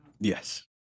Yes